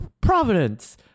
Providence